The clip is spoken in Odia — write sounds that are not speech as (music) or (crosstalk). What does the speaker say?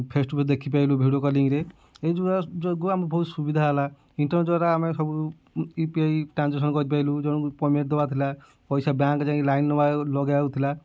ଫେସ୍ ଟୁ ଫେସ୍ ଦେଖି ପାଇଲୁ ଭିଡ଼ିଓ କଲିଙ୍ଗ୍ରେ ଏ (unintelligible) ଯୋଗୁଁ ଆମକୁ ବହୁତ ସୁବିଧା ହେଲା ଇଣ୍ଟରନେଟ୍ ଦ୍ୱାରା ଆମେ ସବୁ ୟୁ ପି ଆଇ ଟ୍ରାଞ୍ଜାକ୍ସସନ୍ କରିପାଇଲୁ ଜଣଙ୍କୁ ପେମେଣ୍ଟ୍ ଦେବାର ଥିଲା ପଇସା ବ୍ୟାଙ୍କ୍ ଯାଇକି ଲାଇନ୍ ନଗା ନଗେଆକୁଥିଲା